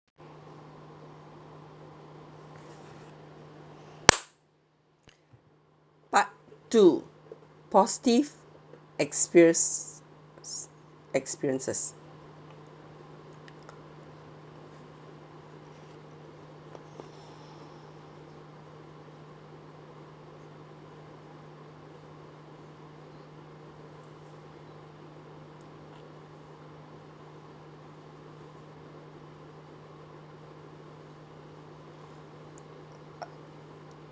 part two positive experience experiences